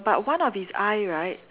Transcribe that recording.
but one of his eye right